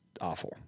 awful